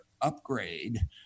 upgrade